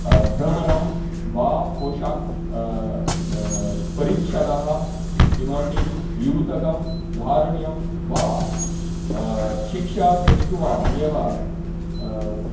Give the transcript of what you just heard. भ्रमणं वा ओषाक् परिच्छेदः किमपि युतकं धारणीयं वा शिक्षा दृष्ट्वा एव